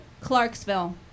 Clarksville